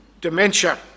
dementia